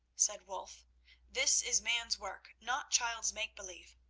said wulf this is man's work, not child's make-believe.